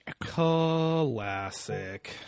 Classic